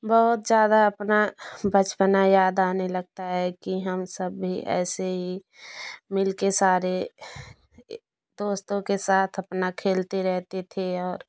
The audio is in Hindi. बहुत ज्यादा अपना बचपना याद आने लगता है कि हम सब भी ऐसे ही मिल के सारे दोस्तों के साथ अपना खेलते रहते थे और